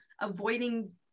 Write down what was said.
avoiding